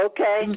Okay